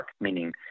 meaning